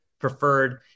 preferred